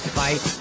fight